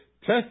test